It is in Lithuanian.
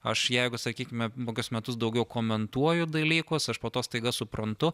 aš jeigu sakykime kokius metus daugiau komentuoju dalykus aš po to staiga suprantu